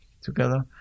together